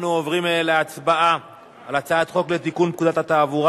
אנחנו עוברים להצבעה על הצעת חוק לתיקון פקודת התעבורה